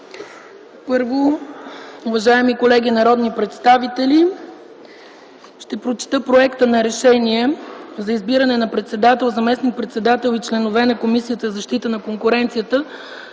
Уважаеми колеги народни представители, първо ще прочета Проекта за решение за избиране на председател, заместник-председател и членове на Комисията за защита на конкуренцията,